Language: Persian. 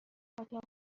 اتاق